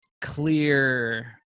clear